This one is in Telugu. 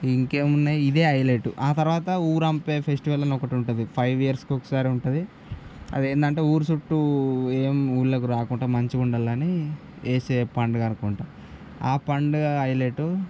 ఇంకేమున్నయి ఇదే హైలైట్ ఆ తర్వాత ఊరంపే ఫెస్టివల్ అని ఒకటి ఉంటుంది ఫైవ్ ఇయర్స్కి ఒకసారి ఉంటుంది అదేంటంటే ఊరు చుట్టూ ఏం ఊర్లోకి రాకుండా మంచిగుండాలని వేసే పండుగనుకుంటాను ఆ పండుగ హైలైట్